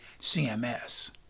CMS